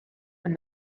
when